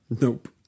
Nope